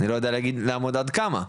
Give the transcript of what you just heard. אני לא יודע לאמוד עד כמה,